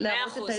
מאה אחוז,